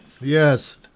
Yes